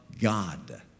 God